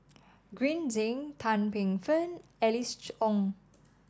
Green Zeng Tan Paey Fern Alice Ong